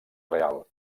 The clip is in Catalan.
real